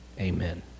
Amen